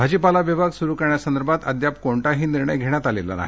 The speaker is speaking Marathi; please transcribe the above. भाजीपाला विभाग सुरू करण्यासंदर्भात अद्याप कोणताही निर्णय घेण्यात आलेला नाही